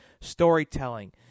Storytelling